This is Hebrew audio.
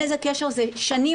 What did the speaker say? זה שנים,